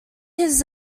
his